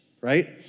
right